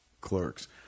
Clerks